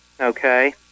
Okay